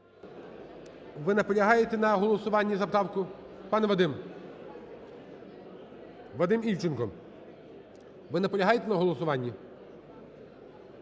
Ви наполягаєте на голосуванні за правку, пане Вадим? Вадим Івченко, ви наполягаєте на голосуванні?